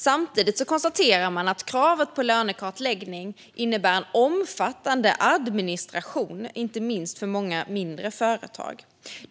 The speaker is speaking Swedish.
Samtidigt konstaterar man att kravet på lönekartläggning innebär en omfattande administration, inte minst för många mindre företag.